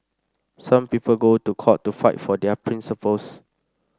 some people go to court to fight for their principles